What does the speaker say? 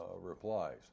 replies